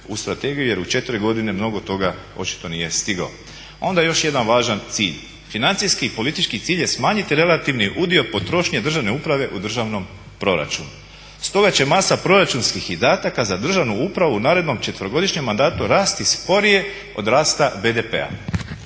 u strategiju jer u 4 godine mnogo toga očito nije stigao. Onda još jedan važan cilj, financijski i politički cilj je smanjiti relativni udio potrošnje državne uprave u državnom proračunu. Stoga će masa proračunskih izdataka za državnu upravu u narednom 4-godišnjem mandatu rasti sporije od rasta BDP-a.